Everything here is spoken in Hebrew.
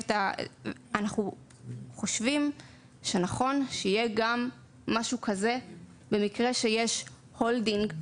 אנחנו חושבים שנכון שיהיה גם משהו כזה במקרה שיש החזקה.